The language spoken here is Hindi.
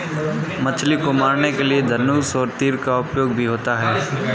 मछली को मारने के लिए धनुष और तीर का उपयोग भी होता है